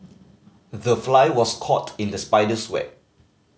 the fly was caught in the spider's web